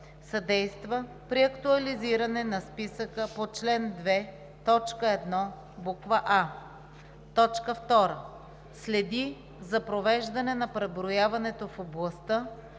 съдейства при актуализиране на списъка по чл. 2, т. 1, буква „а“; 2. следи за провеждане на преброяването в областта